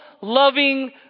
loving